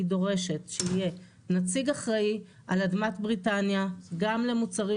היא דורשת שיהיה נציג אחראי על אדמת בריטניה גם למוצרים